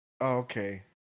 Okay